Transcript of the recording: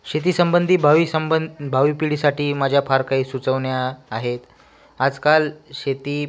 शेतीसंबंधी भावी संबं भावी पिढीसाठी माझ्या फार काही सुचवण्या आहेत आजकाल शेती